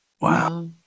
Wow